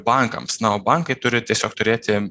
bankams na o bankai turi tiesiog turėti